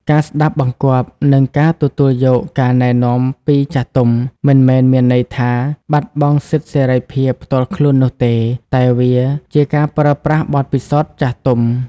ការស្ដាប់បង្គាប់ និងការទទួលយកការណែនាំពីចាស់ទុំ មិនមែនមានន័យថាបាត់បង់សិទ្ធិសេរីភាពផ្ទាល់ខ្លួននោះទេ តែវាជាការប្រើប្រាស់បទពិសោធន៍ចាស់ទុំ។